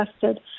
tested